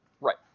Right